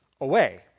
away